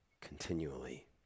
continually